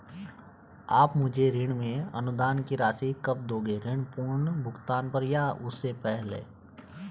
आप मुझे ऋण में अनुदान की राशि कब दोगे ऋण पूर्ण भुगतान पर या उससे पहले?